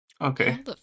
Okay